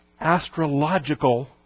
astrological